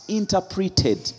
interpreted